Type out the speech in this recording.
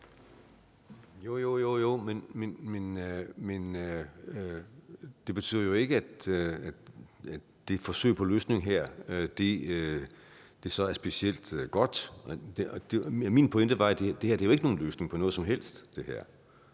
(SF): Jo, men det betyder jo ikke, at det her forsøg på en løsning så er specielt godt. Min pointe var, at det her jo ikke er nogen løsning på noget som helst. Det er